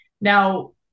Now